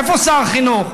איפה שר החינוך,